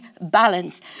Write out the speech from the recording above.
balance